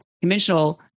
conventional